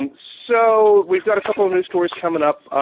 um so we've got a couple of news stories coming up.